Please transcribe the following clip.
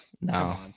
No